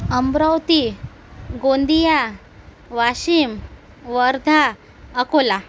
Amravati Gondia Washim Wardha Akola